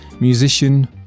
musician